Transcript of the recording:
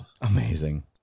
Amazing